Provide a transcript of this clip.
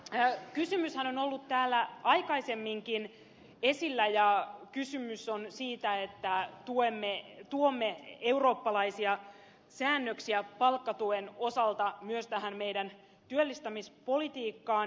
edustajan kysymyshän on ollut täällä aikaisemminkin esillä ja kysymys on siitä että tuomme eurooppalaisia säännöksiä palkkatuen osalta myös meidän työllistämispolitiikkaamme